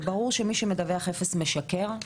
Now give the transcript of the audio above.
ברור שמי שמדווח "אפס" משקר.